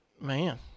man